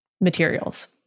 materials